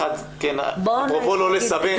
אפרופו לא לסבן,